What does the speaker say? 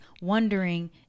wondering